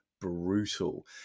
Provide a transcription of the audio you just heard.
brutal